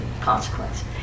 consequence